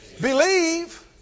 Believe